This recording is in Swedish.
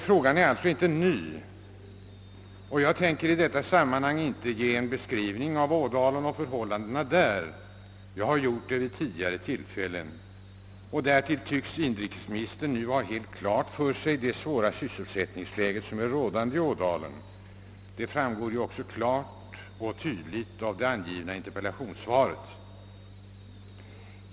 Frågan är alltså inte ny och jag tänker i detta sammanhang inte beskriva förhållandena i Ådalen — jag har gjort det vid tidigare tillfällen. Därtill tycks inrikesministern nu ha klart för sig hur svårt sysselsättningsläget är i Ådalen; det framgår klart av svaret.